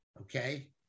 Okay